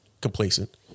complacent